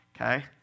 Okay